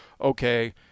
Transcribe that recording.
Okay